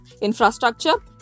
infrastructure